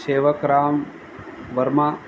Sevakram Varma